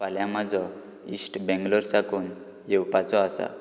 फाल्यां म्हाजो इश्ट बेंगलोर साकून येवपाचो आसा